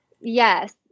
Yes